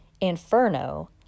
inferno